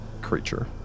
creature